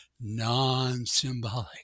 non-symbolic